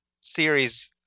series